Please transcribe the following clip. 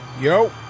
Yo